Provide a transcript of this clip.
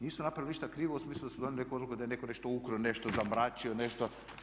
Nisu napravili ništa krivo u smislu da su donijeli neku odluku da je netko nešto ukrao, nešto zamračio, nešto.